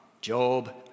Job